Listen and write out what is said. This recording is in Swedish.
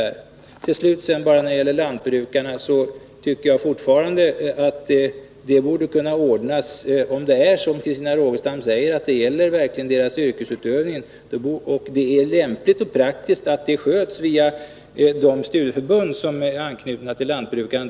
När det gäller lantbrukarna tycker jag fortfarande — om det så som Christina Rogestam säger rör deras yrkesutövning — att det borde kunna ordnas och att det är lämpligt och praktiskt att det arbetet då sköts via de studieförbund som är knutna till deras rörelse.